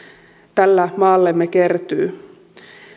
tällä maallemme kertyy